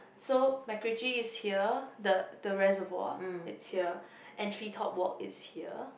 so MacRitchie is here the the reservoir is here and tree top walk is here